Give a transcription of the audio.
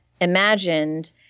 imagined